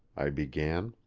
i began,